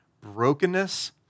brokenness